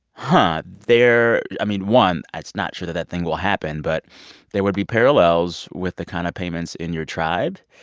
huh. there i mean, one, it's not sure that that thing will happen. but there would be parallels with the kind of payments in your tribe.